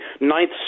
Ninth